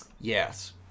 Yes